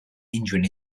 injuring